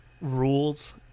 rules